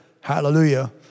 Hallelujah